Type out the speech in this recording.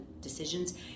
decisions